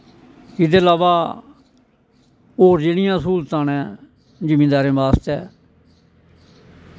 इह्दे एलावा होर जेह्ड़ियां स्हूलतां न जिमीदारें बास्तै